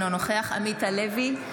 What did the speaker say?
אינו נוכח עמית הלוי,